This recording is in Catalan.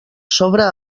sobre